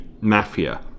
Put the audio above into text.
Mafia